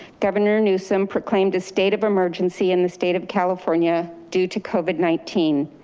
governor newsom proclaimed a state of emergency in the state of california due to covid nineteen.